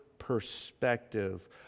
perspective